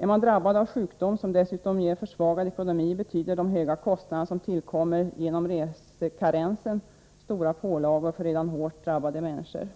Är man drabbad av sjukdom, som dessutom ger försvagad ekonomi, betyder de höga kostnader som tillkommer genom resekarensen stora pålagor för redan hårt drabbade människor.